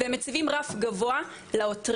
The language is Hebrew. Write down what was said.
והם מציבים רף גבוה לעותרים.